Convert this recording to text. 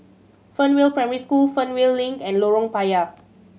Fernvale Primary School Fernvale Link and Lorong Payah